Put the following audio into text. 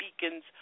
beacons